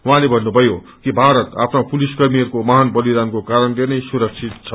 उहाँले भन्नुभयो कि भारत आफ्ना पुलिसकर्मीहरूको महान वलिदानको कारणले नै सुरक्षित छ